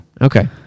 Okay